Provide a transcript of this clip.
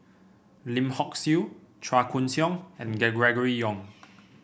Lim Hock Siew Chua Koon Siong and Gregory Yong